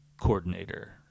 coordinator